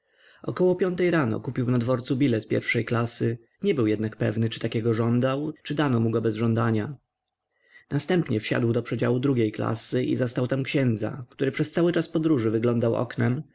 około piątej rano kupił na dworcu bilet pierwszej klasy nie był jednak pewny czy takiego żądał czy dano mu go bez żądania następnie wsiadł do przedziału drugiej klasy i zastał tam księdza który przez cały czas podroży wyglądał oknem